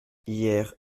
hier